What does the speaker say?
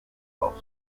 lost